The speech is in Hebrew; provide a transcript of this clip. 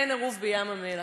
אין עירוב בים-המלח.